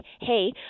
hey